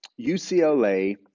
UCLA